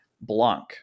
Blanc